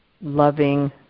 loving